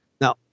Now